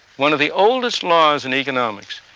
one of the oldest laws in economics,